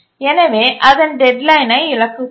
எனவே அதன் டெட்லைனை இழக்கக்கூடும்